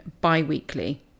bi-weekly